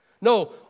No